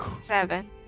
seven